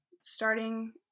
starting